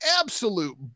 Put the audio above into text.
absolute